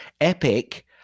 Epic